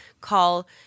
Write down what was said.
call